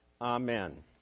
Amen